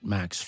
Max